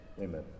Amen